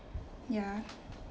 ya